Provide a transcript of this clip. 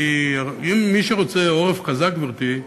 אם מישהו רוצה עורף חזק, גברתי,